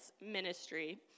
ministry